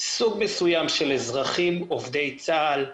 סוג מסוים של אזרחים עובדי צה"ל,